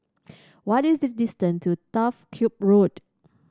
what is the distance to Turf Ciub Road